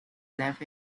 left